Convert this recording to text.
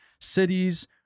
cities